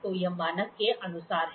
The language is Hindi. तो यह मानक के अनुसार है